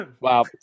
Wow